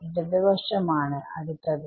ഇടത് വശമാണ് അടുത്തത്